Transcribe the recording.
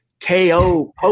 KO